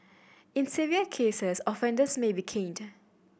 in severe cases offenders may be caned